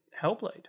Hellblade